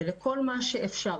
ולכל מה שאפשרי,